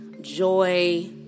Joy